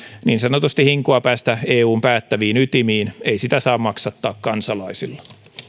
niin sanotusti hinkua päästä eun päättäviin ytimiin ei sitä saa maksattaa kansalaisilla